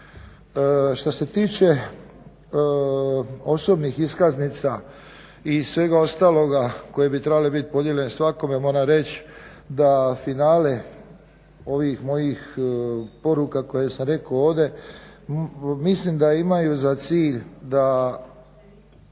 Šta se tiče osobnih iskaznica i svega ostaloga koje bi trebale biti podijeljene svakome, moram reći da finale ovih mojih poruka koje sam rekao ovdje, mislim da imaju za cilj da